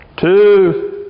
Two